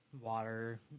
water